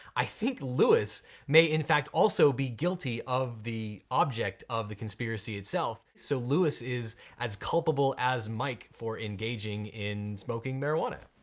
i think louis may in fact also be guilty of the object of the conspiracy itself, so louis is as culpable as mike for engaging in smoking marijuana.